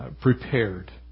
prepared